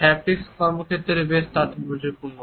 haptics কর্মক্ষেত্রে বেশ তাৎপর্যপূর্ণ